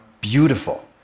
beautiful